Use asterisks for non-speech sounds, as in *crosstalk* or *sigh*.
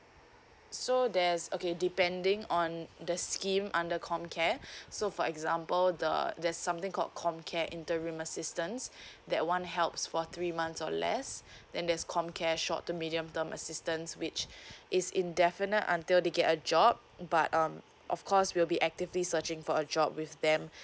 so there's okay depending on the scheme under comcare *breath* so for example the there's something called comcare interim assistance *breath* that one helps for three months or less then there's comcare short to medium term assistance which *breath* is in definite until they get a job but um of course will be actively searching for a job with them